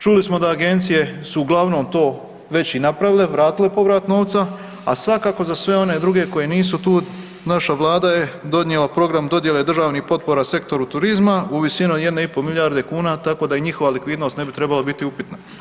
Čuli smo da su agencije uglavnom to već i napravile, vratile povrat novca, a svakako za sve one druge koje nisu tu naša Vlada je donijela program dodjele državnih potpora Sektoru turizma u visini od jedne i pol milijarde kuna, tako da i njihova likvidnost ne bi trebala biti upitna.